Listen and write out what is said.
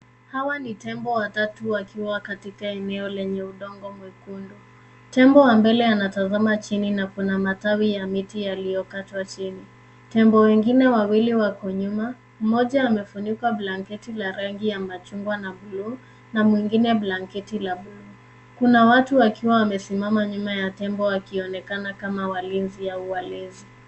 Hawa ni tembo watatu wakiwa katika eneo lenye udongo mwekundu. Tembo wa mbele anatazama chini na kuna matawi ya miti yaliyokatwa chini. Tembo wengine wawili wako nyuma, mmoja amefunikwa blanketi la rangi ya machungwa na bluu na mwingine blanketi la bluu. Kuna watu wakiwa wamesimama nyuma ya tembo wakionekana kama walinzi au walezi.